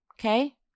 Okay